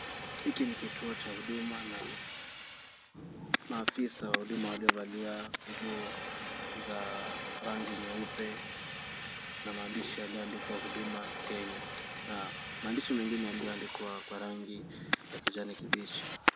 Hiki ni kituo cha huduma na maafisa wa huduma waliovalia nguo za rangi nyeupe na mahandishi yaliyoandikwa Huduma Kenya na mahandishi mengine yaliyoandikwa kwa rangi ya kijani kibichi.